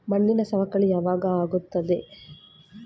ಮಣ್ಣಿನ ಸವಕಳಿ ಯಾವಾಗ ಆಗುತ್ತದೆ?